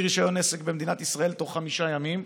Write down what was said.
רישיון עסק במדינת ישראל תוך חמישה ימים,